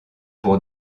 pour